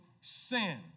sin